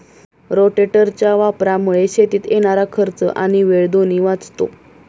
रोटेटरच्या वापरामुळे शेतीत येणारा खर्च आणि वेळ दोन्ही वाचतो